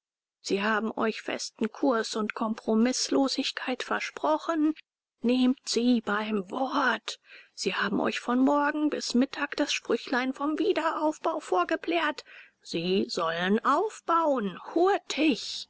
sie haben euch festen kurs und kompromißlosigkeit versprochen nehmt sie beim wort sie haben euch von morgen bis mitternacht das sprüchlein vom wiederaufbau vorgeplärrt sie sollen aufbauen hurtig